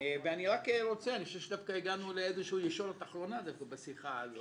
אני חושב שדווקא הגענו לאיזושהי ישורת אחרונה בשיחה הזאת.